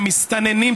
הם מסתננים,